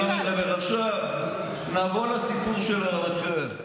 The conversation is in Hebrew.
נעבור לסיפור של הרמטכ"ל.